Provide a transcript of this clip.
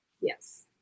yes